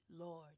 Lord